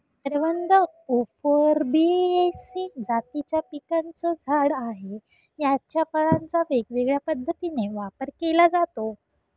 करवंद उफॉर्बियेसी जातीच्या पिकाचं झाड आहे, याच्या फळांचा वेगवेगळ्या पद्धतीने वापर केला जातो